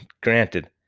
granted